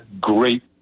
great